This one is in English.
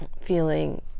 feeling